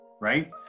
right